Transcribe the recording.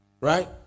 Right